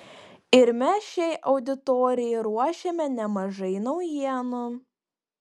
ir mes šiai auditorijai ruošiame nemažai naujienų